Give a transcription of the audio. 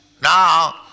Now